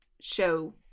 show